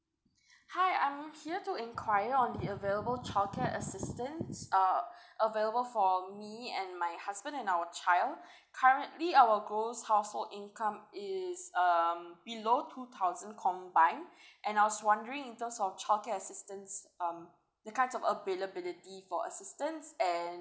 hi I'm here to inquire on the available childcare assistance uh available for me and my husband and our child currently our gross household income is um below two thousand combined and I was wondering in terms of childcare assistance um the kinds of availability for assistance and